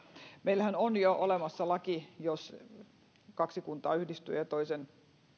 meillähän on jo olemassa laki että jos kaksi kuntaa yhdistyy ja ja toisen